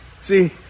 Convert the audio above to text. See